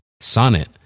Sonnet